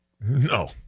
No